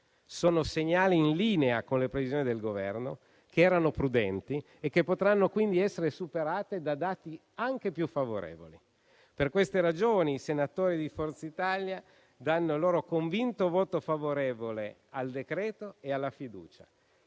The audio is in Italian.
Sono segnali in linea con le previsioni del Governo, che erano prudenti e che potranno quindi essere superate da dati anche più favorevoli. Per queste ragioni, i senatori di Forza Italia danno il loro convinto voto favorevole al decreto e alla fiducia.